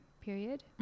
period